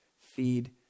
feed